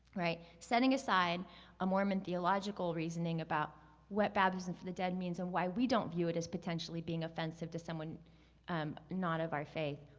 right, setting aside a mormon theological reasoning about what baptism for the dead means and why we don't view it as potentially being offensive to someone not of our faith.